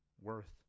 worth